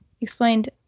explained